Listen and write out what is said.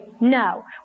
no